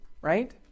right